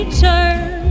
turn